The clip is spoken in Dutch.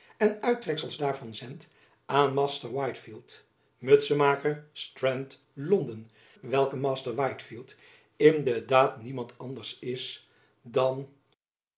en uittreksels daarvan zendt aan master whitefield mutsemaker strand londen welke master whitefield in de daad niemand anders is dan